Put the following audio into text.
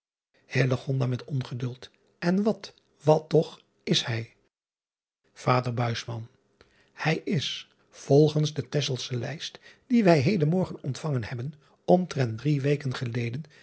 n wat wat toch is hij ader ij is volgens de exelsche ijst die wij heden morgen ontvangen hebben omtrent drie weken geleden